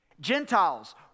Gentiles